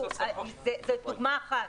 --- זו דוגמה אחת.